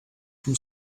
from